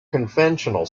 conventional